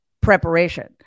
preparation